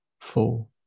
four